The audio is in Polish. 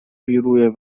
wiruje